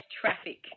traffic